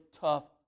tough